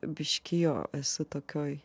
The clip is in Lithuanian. biškį jo esu tokioj